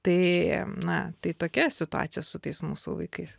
tai na tai tokia situacija su tais mūsų vaikais